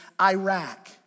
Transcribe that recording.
Iraq